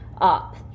up